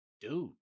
dude